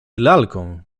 lalką